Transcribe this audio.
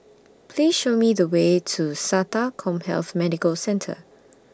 Please Show Me The Way to Sata Commhealth Medical Centre